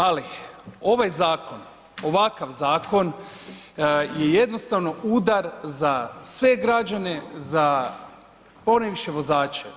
Ali ovaj zakon ovakav zakon je jednostavno udar za sve građane, za ponajviše vozače.